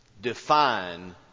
define